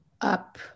up